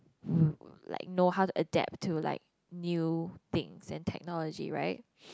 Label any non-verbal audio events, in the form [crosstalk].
[noise] like know how to adapt to like new things and technology right [breath]